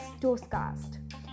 Toastcast